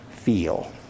feel